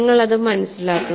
നിങ്ങൾ അത് മനസ്സിലാക്കണം